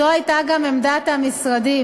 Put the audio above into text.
זו הייתה גם עמדת המשרדים,